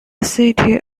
city